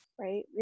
right